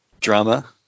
drama